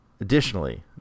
Additionally